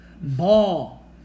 Ball